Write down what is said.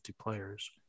players